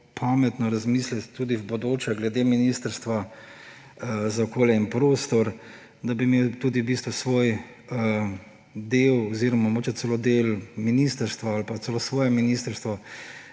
pametno razmisliti tudi v bodoče glede Ministrstva za okolje in prostor, da bi imeli tudi svoj del oziroma mogoče celo del ministrstva ali pa celo svoje ministrstvo,